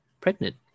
pregnant